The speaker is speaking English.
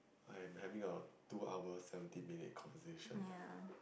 I am having a two hour seventeen minute conversation